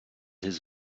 his